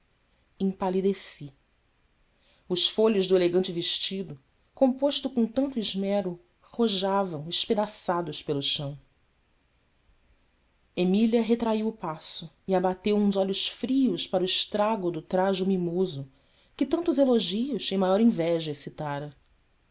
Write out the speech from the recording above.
empalideci os folhos do elegante vestido composto com tanto esmero rojavam espedaçados pelo chão emília retraiu o passo e abateu uns olhos frios para o estrago do trajo mimoso que tantos elogios e maior inveja excitara